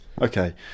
okay